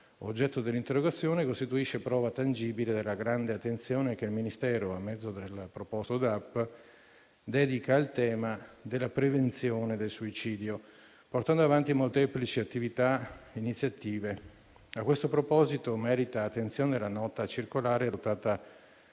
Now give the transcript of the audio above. oggetto dell'interrogazione costituisce prova tangibile della grande attenzione che il Ministero, a mezzo del preposto dipartimento dell'amministrazione penitenziaria, dedica al tema della prevenzione del suicidio, portando avanti molteplici attività e iniziative. A questo proposito, merita attenzione la nota circolare, adottata